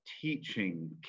teaching